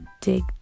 dig